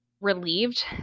Relieved